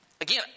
again